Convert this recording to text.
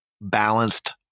balanced